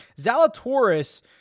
Zalatoris